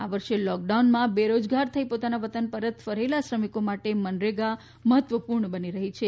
આ વર્ષે લોકડાઉનમાં બેરોજગાર થઇ પોતાના વતન પરત ફરેલા શ્રમિકો માટે મનરેગા મહત્વપુર્ણ રહી છે